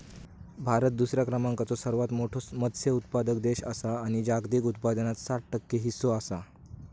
भारत दुसऱ्या क्रमांकाचो सर्वात मोठो मत्स्य उत्पादक देश आसा आणि जागतिक उत्पादनात सात टक्के हीस्सो आसा